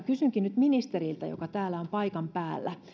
kysynkin nyt ministeriltä joka täällä on paikan päällä